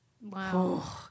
wow